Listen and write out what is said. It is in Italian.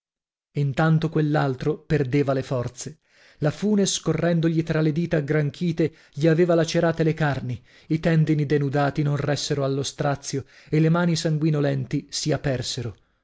intanto quell'altro perdeva le forze la fune scorrendogli tra le dita aggranchite gli aveva lacerate le carni i tendini denudati non ressero allo strazio e le mani sanguinolenti si apersero